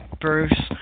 Bruce